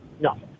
No